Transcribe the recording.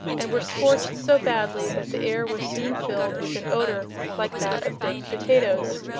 and were scorched so badly that the air was soon filled with an odor like that of baked potatoes.